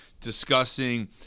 discussing